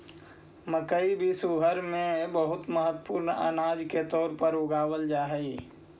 मकई विश्व भर में बहुत महत्वपूर्ण अनाज के तौर पर उगावल जा हई